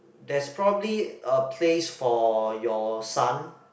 there's probably a place for your son